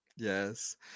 Yes